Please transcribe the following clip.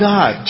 God